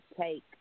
take